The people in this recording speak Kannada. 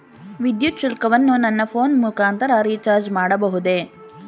ವಿದ್ಯುತ್ ಶುಲ್ಕವನ್ನು ನನ್ನ ಫೋನ್ ಮುಖಾಂತರ ರಿಚಾರ್ಜ್ ಮಾಡಬಹುದೇ?